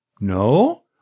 No